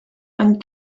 and